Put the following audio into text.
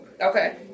Okay